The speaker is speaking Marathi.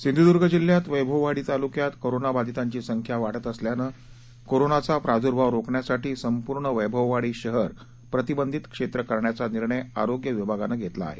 सिंधुदुर्ग जिल्ह्यात वैभववाडी तालुक्यात कोरोनाबाधितांची संख्या वाढत असल्यानं कोरोनाचा प्रादुर्भाव रोखण्यासाठी संपूर्ण वैभववाडी शहर प्रतिबंधित क्षेत्र करण्याचा निर्णय आरोग्य विभागानं घेतला आहे